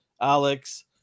Alex